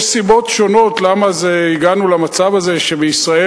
יש סיבות שונות למה הגענו למצב הזה שישראל